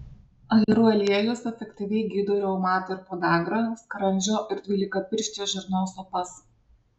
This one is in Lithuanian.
ajerų aliejus efektyviai gydo reumatą ir podagrą skrandžio ir dvylikapirštės žarnos opas